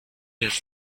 has